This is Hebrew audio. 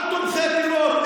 על תומכי טרור.